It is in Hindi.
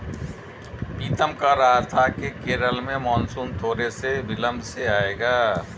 पीतम कह रहा था कि केरल में मॉनसून थोड़े से विलंब से आएगा